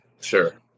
Sure